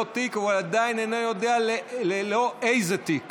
תיק והוא עדיין איננו יודע ללא איזה תיק